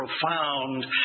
profound